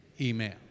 email